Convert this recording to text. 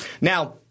Now